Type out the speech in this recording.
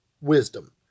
wisdom